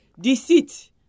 deceit